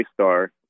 star